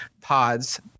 pods